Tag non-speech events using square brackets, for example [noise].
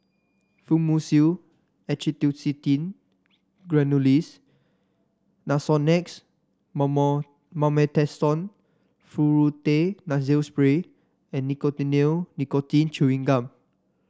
Fluimucil Acetylcysteine Granules Nasonex [unintelligible] Mometasone Furoate Nasal Spray and Nicotinell Nicotine Chewing Gum